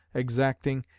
exacting,